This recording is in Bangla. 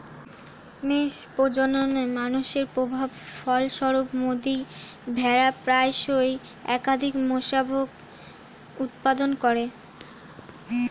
মেষ প্রজননে মানুষের প্রভাবের ফলস্বরূপ, মাদী ভেড়া প্রায়শই একাধিক মেষশাবক উৎপাদন করে